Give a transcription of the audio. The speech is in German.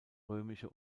römische